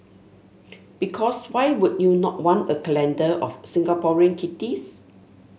because why would you not want a calendar of Singaporean kitties